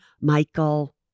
Michael